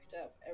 up